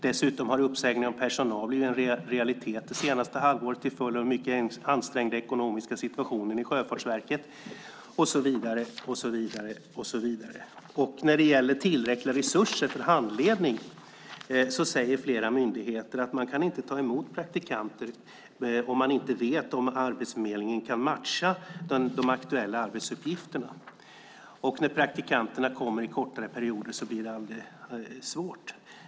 Dessutom har uppsägning av personal blivit en realitet under det senaste halvåret till följd av den mycket ansträngda ekonomiska situationen i Sjöfartsverket, och så vidare. När det gäller tillräckliga resurser för handledning säger flera myndigheter att man inte kan ta emot praktikanter om man inte vet om Arbetsförmedlingen kan matcha de aktuella arbetsuppgifterna. När praktikanterna kommer i kortare perioder blir det svårt.